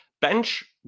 Bench